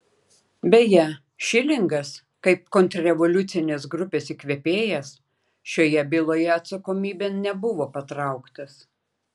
beje šilingas kaip kontrrevoliucinės grupės įkvėpėjas šioje byloje atsakomybėn nebuvo patrauktas